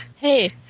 Hey